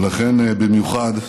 ולכן, במיוחד,